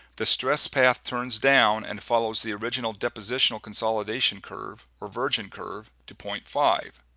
the stress path turns down and follows the original depositional consolidation curve or virgin curve to point five